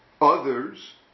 others